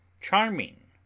charming